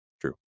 True